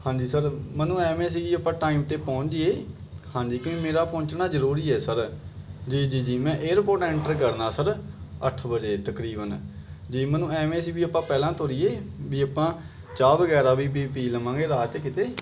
ਹਾਂਜੀ ਸਰ ਮੈਨੂੰ ਐਵੇਂ ਸੀ ਜੀ ਆਪਾਂ ਟਾਈਮ 'ਤੇ ਪਹੁੰਚ ਜਾਈਏ ਹਾਂਜੀ ਕਿ ਮੇਰਾ ਪਹੁੰਚਣਾ ਜਰੂਰੀ ਹੈ ਸਰ ਜੀ ਜੀ ਜੀ ਮੈਂ ਏਅਰਪੋਰਟ ਐਂਟਰ ਕਰਨਾ ਸਰ ਅੱਠ ਵਜੇ ਤਕਰੀਬਨ ਜੇ ਮੈਨੂੰ ਐਵੇਂ ਸੀ ਵੀ ਆਪਾਂ ਪਹਿਲਾਂ ਤੁਰੀਏ ਵੀ ਆਪਾਂ ਚਾਹ ਵਗੈਰਾ ਵੀ ਪੀ ਪੀ ਲਵਾਂਗੇ ਰਾਹ 'ਚ ਕਿਤੇ